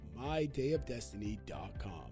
mydayofdestiny.com